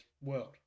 world